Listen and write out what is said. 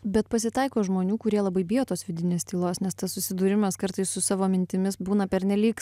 bet pasitaiko žmonių kurie labai bijo tos vidinės tylos nes tas susidūrimas kartais su savo mintimis būna pernelyg